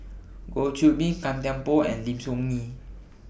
Goh Qiu Bin Gan Thiam Poh and Lim Soo Ngee